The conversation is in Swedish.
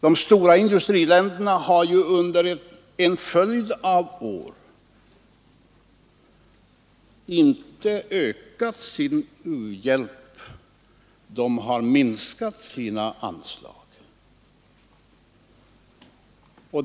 De stora industriländerna har ju under en följd av år inte ökat sin u-hjälp; de har tvärtom minskat sina anslag.